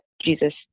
jesus